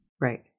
Right